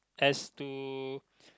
as to